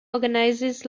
organizes